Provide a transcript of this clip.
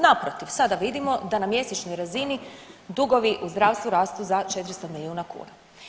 Naprotiv, sada vidimo da na mjesečnoj razini dugovi u zdravstvu rastu za 400 milijuna kuna.